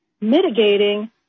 mitigating